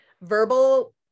Verbal